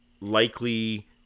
likely